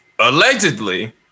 allegedly